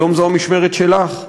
היום זו המשמרת שלך,